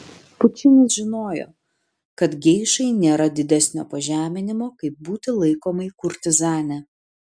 pučinis žinojo kad geišai nėra didesnio pažeminimo kaip būti laikomai kurtizane